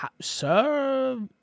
Sir